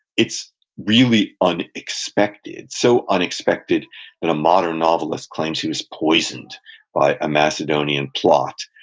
it's really unexpected, so unexpected that a modern novelist claims he was poisoned by a macedonian plot.